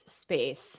space